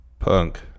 Punk